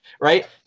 right